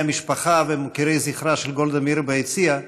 המשפחה וגם למוקירי זכרה של גולדה מאיר ביציע,